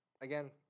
Again